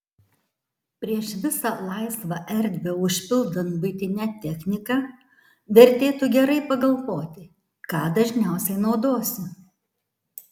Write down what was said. prieš visą laisvą erdvę užpildant buitine technika vertėtų gerai pagalvoti ką dažniausiai naudosi